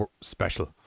special